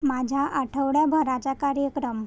माझा आठवड्याभराचा कार्यक्रम